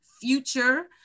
future